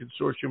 Consortium